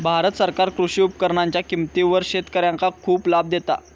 भारत सरकार कृषी उपकरणांच्या किमतीवर शेतकऱ्यांका खूप लाभ देता